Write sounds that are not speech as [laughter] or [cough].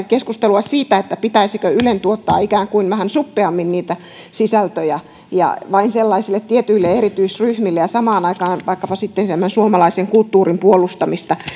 [unintelligible] keskustelua siitä pitäisikö ylen tuottaa ikään kuin vähän suppeammin niitä sisältöjä ja vain sellaisille tietyille erityisryhmille ja samaan aikaan vaikkapa sitten suomalaisen kulttuurin puolustamista